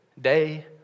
day